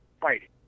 fighting